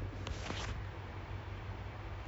what's that called your